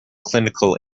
clinical